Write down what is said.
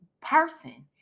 person